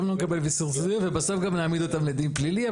גם לא נקבל ויתור סודיות ובסוף גם נעמיד אותם לדין פלילי.